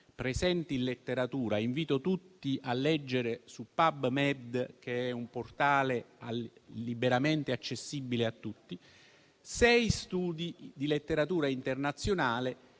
delle pene. Invito tutti a leggere su «PubMed», un portale liberamente accessibile a tutti, sei studi di letteratura internazionale,